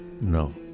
No